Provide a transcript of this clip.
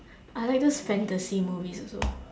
I like those fantasy movies also